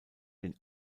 den